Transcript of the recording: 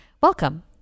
welcome